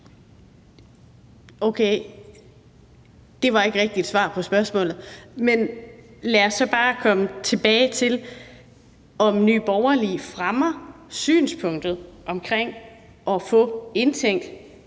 Okay. Det var ikke rigtig et svar på spørgsmålet. Men lad os så bare komme tilbage til, om Nye Borgerlige fremmer synspunktet om at få indtænkt